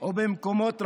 ובמקומות רבים,